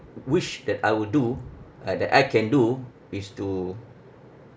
wish that I would do uh that I can do is to